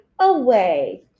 away